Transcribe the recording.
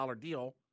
deal